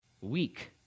Weak